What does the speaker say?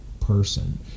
person